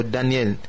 Daniel